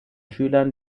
schülern